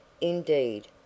Indeed